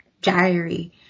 diary